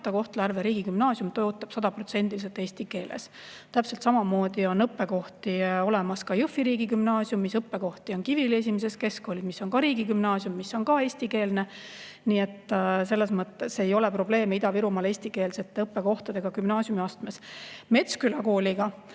riigigümnaasium töötab sajaprotsendiliselt eesti keeles. Täpselt samamoodi on õppekohti olemas ka Jõhvi riigigümnaasiumis, õppekohti on Kiviõli I Keskkoolis, mis on ka riigigümnaasium, mis on ka eestikeelne. Nii et selles mõttes ei ole probleeme Ida-Virumaal eestikeelsete õppekohtadega gümnaasiumiastmes. Metsküla kooliga